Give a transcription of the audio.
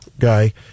guy